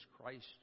Christ